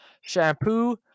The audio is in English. shampoo